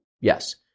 Yes